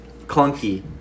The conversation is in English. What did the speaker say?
clunky